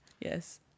Yes